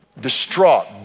distraught